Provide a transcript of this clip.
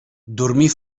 dormir